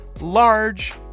large